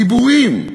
דיבורים,